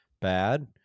bad